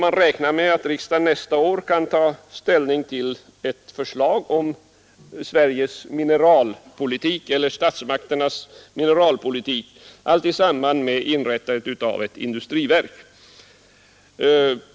Vi räknar med att riksdagen nästa år får ta ställning till ett förslag om statsmakternas mineralpolitik i samband med förslaget om inrättande av ett industriverk.